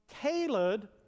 tailored